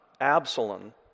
Absalom